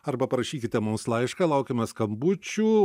arba parašykite mums laišką laukiame skambučių